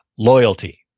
loyalty,